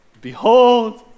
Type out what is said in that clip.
Behold